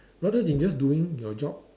rather than just doing your job